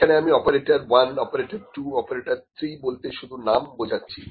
এখানে আমি operator 1 operator 2অপারেটর 3 বলতে শুধু নাম বোঝাচ্ছি